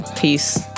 Peace